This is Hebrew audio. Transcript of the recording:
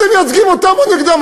אתם מייצגים אותם או נגדם?